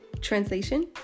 translation